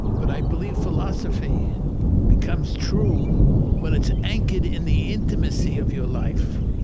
but i believe philosophy becomes true when it's anchored in the intimacy of your life.